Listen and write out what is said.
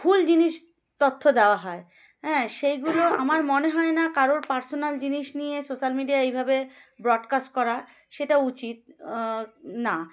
ভুল জিনিস তথ্য দেওয়া হয় হ্যাঁ সেইগুলো আমার মনে হয় না কারোর পার্সোনাল জিনিস নিয়ে সোশ্যাল মিডিয়ায় এইভাবে ব্রডকাস্ট করা সেটা উচিত না